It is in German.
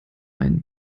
einen